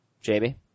Jamie